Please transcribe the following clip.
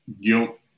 guilt